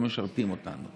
לא משרתים אותנו,